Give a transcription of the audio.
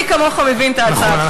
מי כמוך מבין את הצעת החוק הזאת.